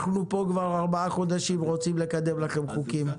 אנחנו פה כבר 4 חודשים רוצים לקדם לכם חוקים.